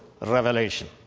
revelation